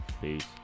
peace